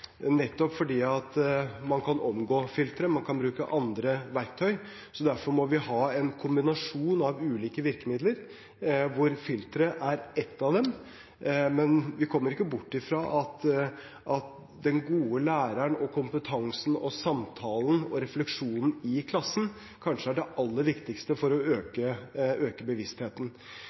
nettopp fordi man kan omgå filteret, man kan bruke andre verktøy. Derfor må vi ha en kombinasjon av ulike virkemidler, hvor filter er et av dem. Men vi kommer ikke bort fra at den gode læreren og kompetansen og samtalen og refleksjonen i klassen kanskje er det aller viktigste for å øke bevisstheten.